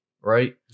right